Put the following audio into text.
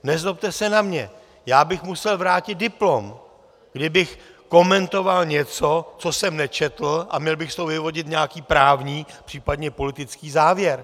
Nezlobte se na mě, já bych musel vrátit diplom, kdybych komentoval něco, co jsem nečetl, a měl bych z toho vyvodit nějaký právní, případně politický závěr.